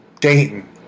Dayton